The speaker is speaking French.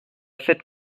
fête